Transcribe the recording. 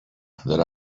that